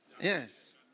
Yes